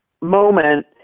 moment